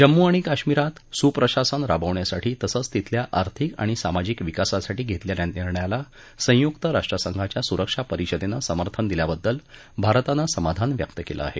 जम्मू आणि काश्मीरमध्ये सुप्रशासन राबवण्यासाठी तसंच तिथल्या आर्थिक आणि सामाजिक विकासासाठी घेतलेल्या निर्णयाला संयुक्त राष्ट्रसंघाच्या सुरक्षा परिषदेनं समर्थन दिल्याबद्दल भारतानं समाधान व्यक्त केलं आहे